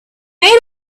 made